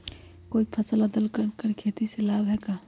कोई फसल अदल बदल कर के खेती करे से लाभ है का?